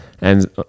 And-